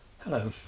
Hello